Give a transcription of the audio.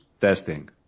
testing